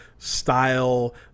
style